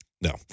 No